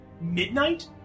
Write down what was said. midnight